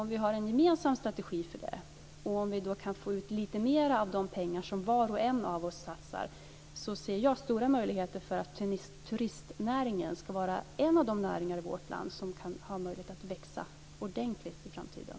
Om vi har en gemensam strategi och kan få ut lite mer av de pengar som var och en av oss satsar ser jag stora möjligheter för att turistnäringen ska vara en av de näringar i vårt land som har möjlighet att växa ordentligt i framtiden.